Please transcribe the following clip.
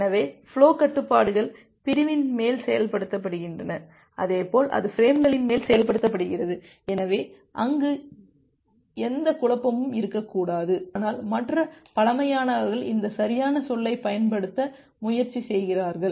எனவே ஃபுலோக் கட்டுப்பாடுகள் பிரிவின் மேல் செயல்படுத்தப்படுகின்றன அதே போல் அது பிரேம்களின் மேல் செயல்படுத்தப்படுகிறது எனவே அங்கு எந்த குழப்பமும் இருக்கக்கூடாது ஆனால் மற்ற பழமையானவர்கள் இந்த சரியான சொல்லைப் பயன்படுத்த முயற்சி செய்கிறார்கள்